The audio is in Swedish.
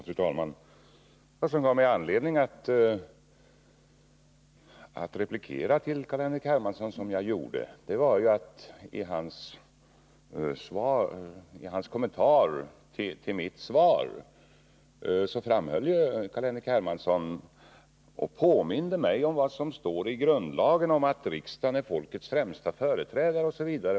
Fru talman! Vad som gav mig anledning att replikera till Carl-Henrik Hermansson som jag gjorde var att han i sin kommentar till mitt svar framhöll och påminde mig om vad som står i grundlagen om att riksdagen är folkets främsta företrädare osv.